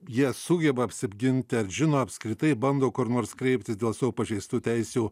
jie sugeba apsiginti ar žino apskritai bando kur nors kreiptis dėl savo pažeistų teisių